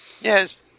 Yes